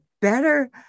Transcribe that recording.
better